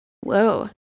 Whoa